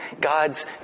God's